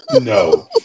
No